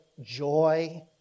joy